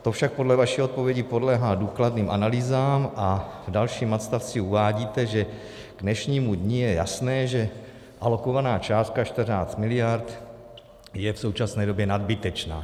To však podle vaší odpovědi podléhá důkladným analýzám a v dalším odstavci uvádíte, že k dnešnímu dni je jasné, že alokovaná částka 14 mld. je v současné době nadbytečná.